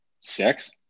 six